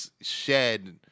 shed